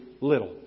little